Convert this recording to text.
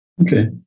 Okay